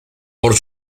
por